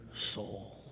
soul